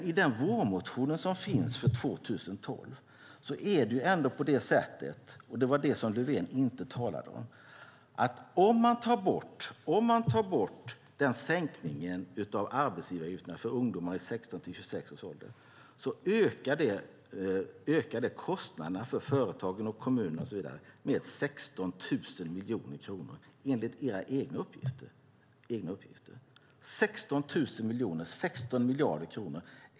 I den vårmotion för 2012 som finns ser vi - det var detta som Löfven inte talade om - att om man tar bort sänkningen av arbetsgivaravgiften för ungdomar mellan 16 och 26 års ålder ökar det kostnaderna för företag och kommuner med 16 tusen miljoner kronor, alltså 16 miljarder kronor.